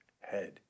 head